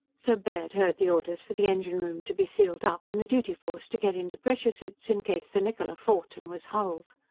so baird heard the orders for the engine room to be sealed up and the duty-force to get into pressure suits, in case the niccola fought and was hulled.